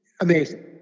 amazing